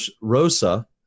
Rosa